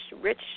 rich